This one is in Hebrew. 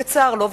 בצר לו,